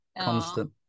constant